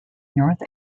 north